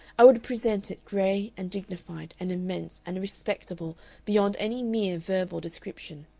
i would present it gray and dignified and immense and respectable beyond any mere verbal description,